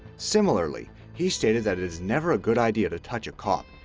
similarly, he stated that it is never a good idea to touch a cop,